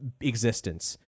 existence